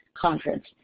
conference